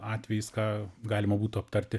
atvejis ką galima būtų aptarti